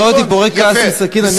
אתה רואה אותי פורק כעס עם סכין על מישהו?